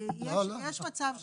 יש מצב שבו,